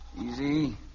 Easy